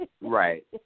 Right